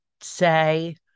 say